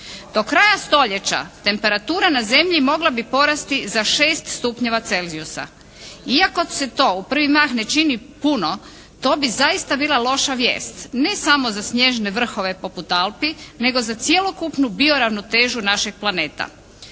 Do kraja stoljeća temperatura na zemlji mogla bi porasti za 6oC. Iako se to u prvi mah ne čini puno, to bi zaista bila loša vijest ne samo za snježne vrhove poput Alpi nego za cjelokupnu bio ravnotežu našeg planeta.